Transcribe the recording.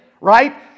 right